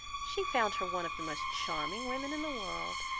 she found her one of the most charming women in the world!